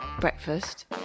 breakfast